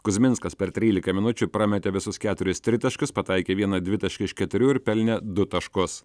kuzminskas per trylika minučių prametė visus keturis tritaškius pataikė vieną dvitaškį iš keturių ir pelnė du taškus